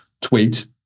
tweet